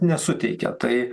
nesuteikia tai